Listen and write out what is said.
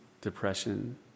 depression